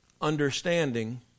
understanding